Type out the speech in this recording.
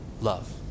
Love